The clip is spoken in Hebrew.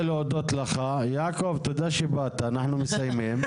הסיפור של חוק הגבייה והסיפור של בית